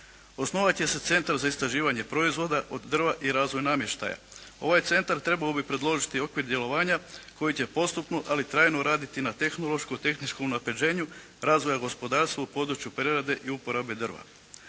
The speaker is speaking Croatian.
Osnovat će se Centar za istraživanje proizvoda od drva i razvoj namještaja. Ovaj centar trebao bi predložiti okvir djelovanja koji će postupno ali trajno raditi na tehnološko-tehničkom unapređenju razvoja gospodarstva u području prerade i uporabe drva.